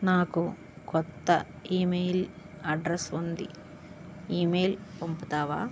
నాకు కొత్త email address ఉంది ఈమెయిల్ పంపుతావా